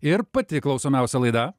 ir pati klausomiausia laida